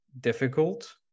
difficult